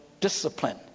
discipline